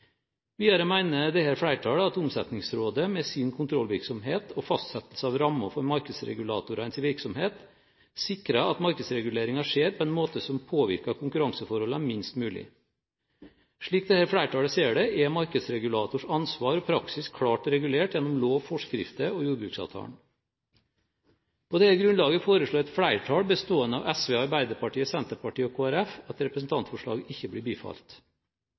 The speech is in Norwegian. Videre mener dette flertallet at Omsetningsrådet med sin kontrollvirksomhet og fastsettelse av rammer for markedsregulatorenes virksomhet sikrer at markedsreguleringen skjer på en måte som påvirker konkurranseforholdene minst mulig. Slik dette flertallet ser det, er markedsregulators ansvar og praksis klart regulert gjennom lov, forskrifter og jordbruksavtalen. På dette grunnlaget foreslår et flertall bestående av SV, Arbeiderpartiet, Senterpartiet og Kristelig Folkeparti at representantforslaget ikke blir bifalt.